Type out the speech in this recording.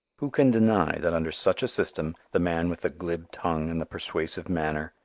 who can deny that under such a system the man with the glib tongue and the persuasive manner,